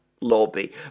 lobby